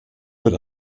wird